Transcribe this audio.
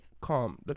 Calm